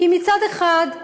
כי מצד אחד,